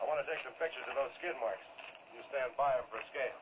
i want to get more risque